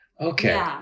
Okay